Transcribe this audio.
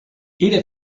era